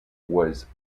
was